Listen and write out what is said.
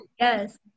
Yes